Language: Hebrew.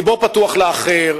לבו פתוח לאחר,